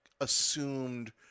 assumed